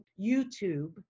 YouTube